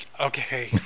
Okay